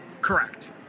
Correct